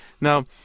Now